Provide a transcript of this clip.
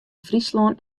fryslân